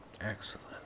Excellent